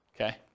okay